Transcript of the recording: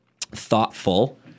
thoughtful